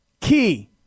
Key